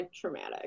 traumatic